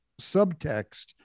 subtext